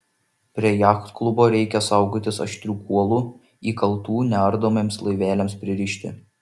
prie jachtklubo reikia saugotis aštrių kuolų įkaltų neardomiems laiveliams pririšti